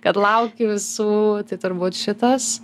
kad lauki visų tai turbūt šitas